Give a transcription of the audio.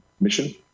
mission